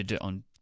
on